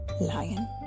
Lion